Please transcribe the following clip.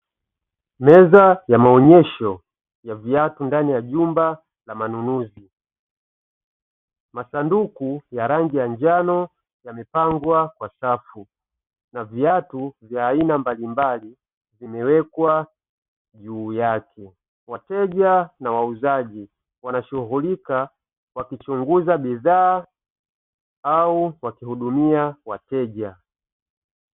Meza ya maonyesho ya viatu ndani ya jumba la manunuzi, masanduku ya rangi ya njano yamepangwa kwa safu na viatu vya aina mbalimbali vimewekwa juu yake, wateja na wauzaji wanashughulika wakichunguza bidhaa au wakihudumia wateja.